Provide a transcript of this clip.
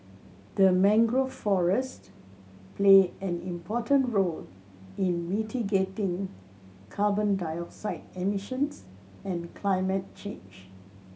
the mangrove forest play an important role in mitigating carbon dioxide emissions and climate change